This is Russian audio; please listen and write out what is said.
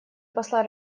посла